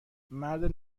مرد